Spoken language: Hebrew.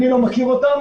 אני לא מכיר אותם.